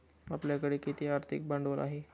आपल्याकडे किती आर्थिक भांडवल आहे?